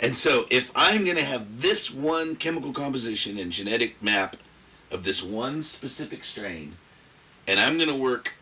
and so if i'm going to have this one chemical composition and genetic map of this one specific strain and i'm going to work